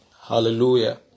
Hallelujah